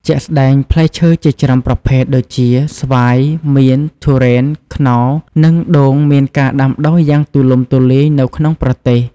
ជាក់ស្ដែង ផ្លែឈើជាច្រើនប្រភេទដូចជា ស្វាយ មៀន ធូរ៉េន ខ្នុរ និងដូងមានការដាំដុះយ៉ាងទូលំទូលាយនៅក្នុងប្រទេស។